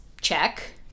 Check